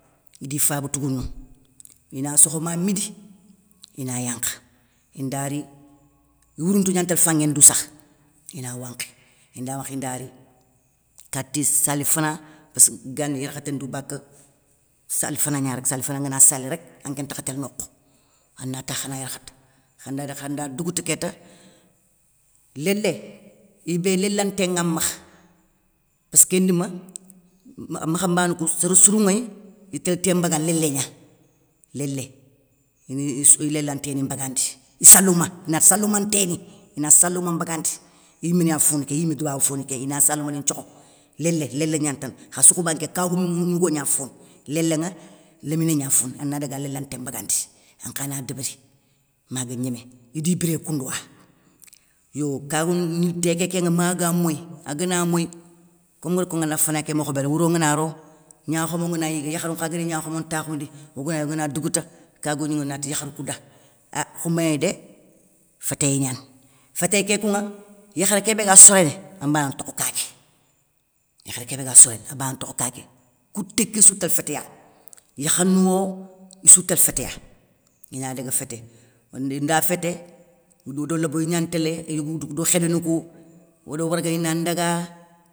Idi faba tougounou, ina sokho ma midi, ina yankha inda ri. i wurounto gnatél fanŋé, ndou sakh, ina wankhi, inda wankhi inda ri, kati sali fana, passkeu gani yarkhaté ndou bakeu salifana gna rek, salifana ngana sali rek, anké ntakha télé nokhou, ana takhou khana yarkhata khanda yarkhate, khanda yarkhata, khanda dougouta kéta, lélé, ibé lélanté nga makha, passké ndima, makhambanou kou sér sirou ŋéy, itél té mbagandi lélégna, lélé, ini i léla nténi mbagandi, issalouma, inati salouma nténi, ina salouma mbagandi, iyimé ni ya foni ké iyimédouwa foni ké ina salouma ni nthiokho. lélé, lélégnani tane, kha sokhoba nké kagoumou mougnigogna foni, léléŋa, léminé gna foni, ana daga léla nté mbagandi, ankha na débéri, maga gnéméidi biré koundouwa. Yo kagoun tékékén maga moyi, agana moyi, kom nguéri konŋa da fana ké mokhobé wouro ngana ro gnakhamo ngana yigué yakharou nkha gani gnakhamo ntakhoundi ogana yigué ogana dougouta, kagoun gnigo nati yakharou kou da ah khoumbéné dé, fétéyé gnane, fétéyé ké kounŋa, yakharé kébé ga soréné anbana tokho kaké, yakharé ké bé ga soréné aba na ntokho kaké, kouté késsou trél fétéya, yakhanouwo, issou tél fétéya, inadaga fété, ondi inda fété, oudou do loboni gnan ntélé yogowdouk do khédo ni kou odo warga ni na ndaga.